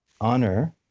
honor